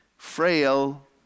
frail